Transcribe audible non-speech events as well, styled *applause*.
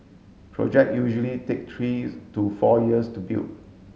project usually take three *unintelligible* to four years to build